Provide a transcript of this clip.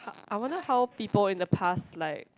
I wonder how people in the past like